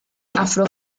afro